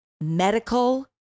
Medical